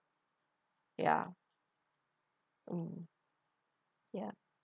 ya um ya